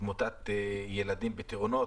בתמותת ילדים בתאונות,